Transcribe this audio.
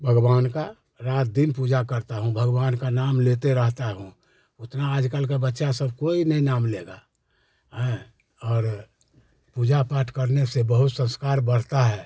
भगवान का रात दिन पूजा करता हूँ भगवान का नाम लेते रहता हूँ उतना आजकल का बच्चा सब कोई नहीं नाम लेगा और पूजा पाठ करने से बहुत संस्कार बढ़ता है